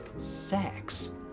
sex